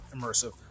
immersive